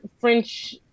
French